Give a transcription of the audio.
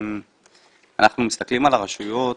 אנחנו מסתכלים על הרשויות,